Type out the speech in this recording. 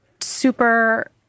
super